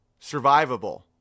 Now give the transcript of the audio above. survivable